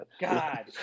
God